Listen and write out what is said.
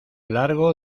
largo